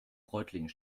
reutlingen